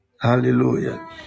Hallelujah